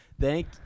thank